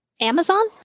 Amazon